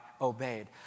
obeyed